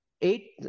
eight